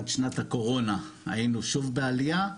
עד שנת הקורונה היינו שוב בעלייה.